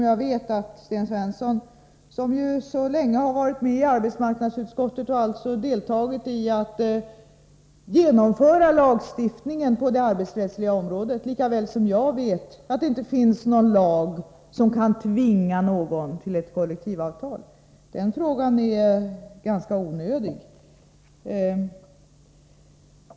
Jag vet att Sten Svensson, som ju-så länge varit med i arbetsmarknadsutskottet och fackliga organisationer att infordra alltså deltagit i genomförandet av lagar på det arbetsrättsliga området, lika väl som jag känner till att det inte finns någon lag som kan tvinga någon till ett kollektivavtal. Sten Svenssons fråga är alltså ganska onödig.